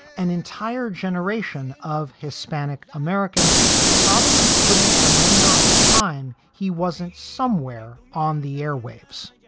an entire generation of hispanic americans probably couldn't remember a time he wasn't somewhere on the airwaves. yeah